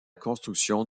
construction